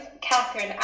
Catherine